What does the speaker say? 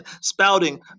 spouting